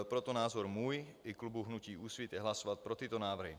Proto názor můj i klubu hnutí Úsvit je hlasovat pro tyto návrhy.